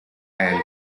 and